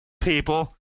people